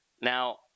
Now